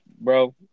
bro